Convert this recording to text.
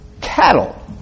cattle